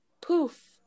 poof